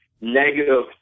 negative